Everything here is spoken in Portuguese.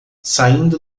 saindo